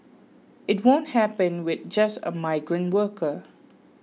it won't happen with just a migrant worker